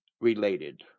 related